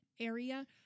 area